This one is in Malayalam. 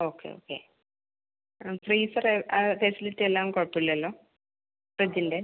ഓക്കെ ഓക്കെ ആ ഫ്രീസറ് ആ ഫെസിലിറ്റി എല്ലാം കുഴപ്പം ഇല്ലല്ലൊ ഫ്രിട്ജിൻ്റെ